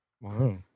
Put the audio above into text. Wow